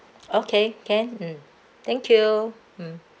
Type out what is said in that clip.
okay can mm thank you mm